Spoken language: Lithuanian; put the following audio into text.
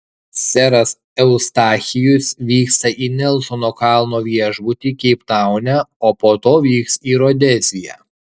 seras eustachijus vyksta į nelsono kalno viešbutį keiptaune o po to vyks į rodeziją